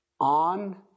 On